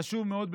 חשוב מאוד,